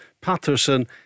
Patterson